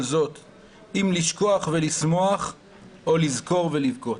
זאת / אם לשכוח ולשמוח / או לזכור ולבכות.